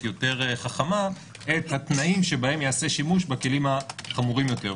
וחכמה את התנאם שבהם ייעשה שימוש בכלים החמורים יותר.